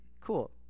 cool